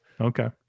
Okay